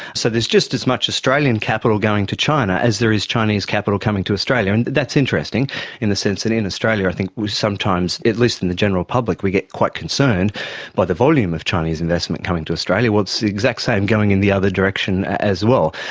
so there's just as much australian capital going to china as there is chinese capital coming to australia, and that's interesting in the sense that in australia i think we sometimes, at least in the general public we get quite concerned by the volume of chinese investment coming to australia. well, it's the exact same going in the other direction as well.